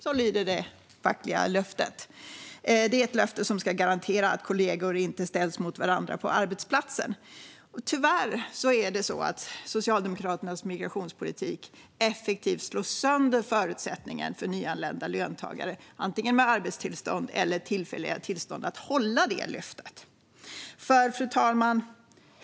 Så lyder det fackliga löftet. Det är ett löfte som ska garantera att kollegor inte ställs mot varandra på arbetsplatsen. Tyvärr slår Socialdemokraternas migrationspolitik effektivt sönder förutsättningarna för nyanlända löntagare, antingen med arbetstillstånd eller tillfälliga tillstånd, att hålla det löftet. Fru talman!